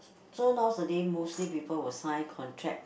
so nowadays mostly people will sign contract